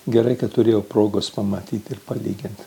gerai kad turėjau progos pamatyt ir palygint